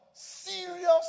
serious